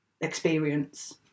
experience